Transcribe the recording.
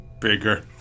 bigger